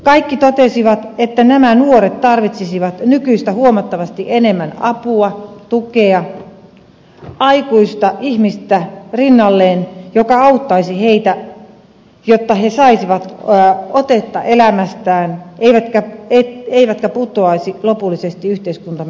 kaikki totesivat että nämä nuoret tarvitsisivat nykyistä huomattavasti enemmän apua tukea aikuista ihmistä rinnalleen joka auttaisi heitä jotta he saisivat otetta elämästään eivätkä putoaisi lopullisesti yhteiskuntamme ulkopuolelle